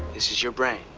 this is your brain.